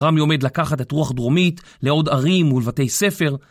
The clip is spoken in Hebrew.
רמי עומד לקחת את רוח דרומית לעוד ערים ולבתי ספר.